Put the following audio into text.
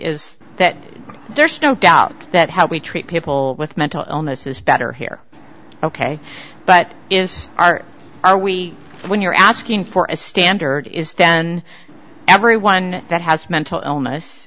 is that there's no doubt that how we treat people with mental illness is better here ok but is are are we when you're asking for a standard is then every one that has mental illness